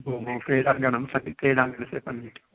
ओहो क्रीडाङ्गणं सन्ति क्रीडाङ्गणं परितः